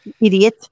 Idiot